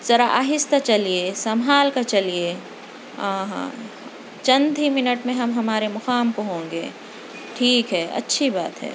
ذرا آہستہ چلیے سنبھال کر چلیے ہاں چند ہی منٹ میں ہم ہمارے مقام پہ ہونگے ٹھیک ہے اچھی بات ہے